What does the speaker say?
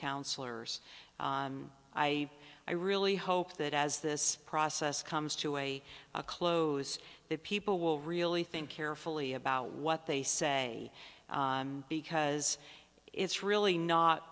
councillors i i really hope that as this process comes to a close that people will really think carefully about what they say because it's really not